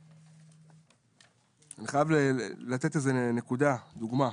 אני חייב לתת נקודה כדוגמה.